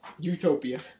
Utopia